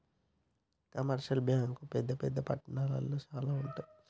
commercial బ్యాంకులు పెద్ద పెద్ద పట్టణాల్లో శానా ఉంటయ్